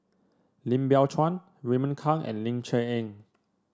Lim Biow Chuan Raymond Kang and Ling Cher Eng